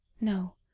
No